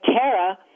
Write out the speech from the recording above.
Tara